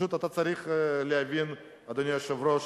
פשוט אתה צריך להבין, אדוני היושב-ראש,